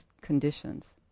conditions